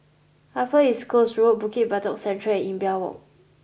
Upper East Coast Road Bukit Batok Central and Imbiah Walk